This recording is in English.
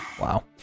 Wow